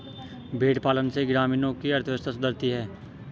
भेंड़ पालन से ग्रामीणों की अर्थव्यवस्था सुधरती है